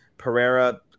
Pereira